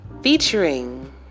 featuring